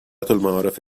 المعارف